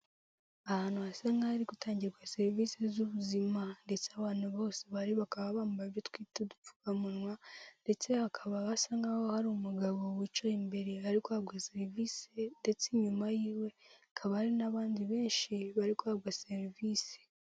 Ahantu hasa nk'ahari gutangirwa serivisi z'ubuzima, ndetse abantu bose bahari bakaba bambaye ibyo twita udupfukamunwa, ndetse hakaba hasa nkaho hari umugabo wicaye imbere ari guhabwa serivisi, ndetse inyuma yiwe hakaba hari n'abandi benshi bari guhabwa serivisi.